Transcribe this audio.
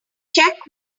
check